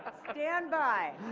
standby.